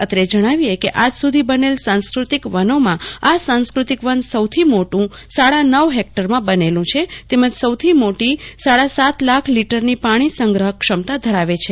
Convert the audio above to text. અત્રે જણાવીએ કે આજ સુધી બનેલા સાંસ્કતિક વનોમાં આ સાંસ્કતિક વન સૌથી મોટ્ટ સાડાનવ હેકટરમાં બનેલું છે તેમજ સૌથી મોટી સાડા સાત લાખ લીટરની પાણી ગ્રહણ ક્ષમતા ધરાવે છે